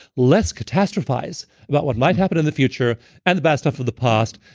let's catastrophize about what might happen in the future and the bad stuff of the past.